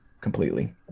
completely